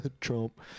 Trump